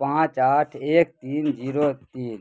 پانچ آٹھ ایک تین جیرو تین